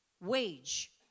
wage